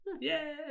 Yay